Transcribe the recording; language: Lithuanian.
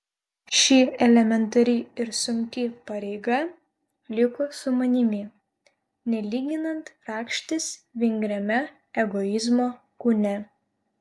ši elementari ir sunki pareiga liko su manimi nelyginant rakštis vingriame egoizmo kūne